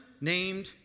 named